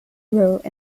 wrote